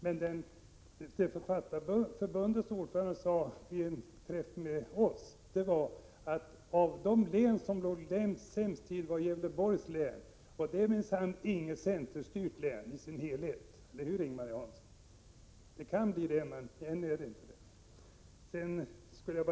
Men Författarförbundets ordförande sade vid en träff med oss att Gävleborgs län var ett av de län som låg sämst till — och det är minsann inte något centerstyrt län i sin helhet, eller hur Ing-Marie Hansson? Det kan bli det, men ännu är det inte så.